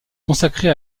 consacrés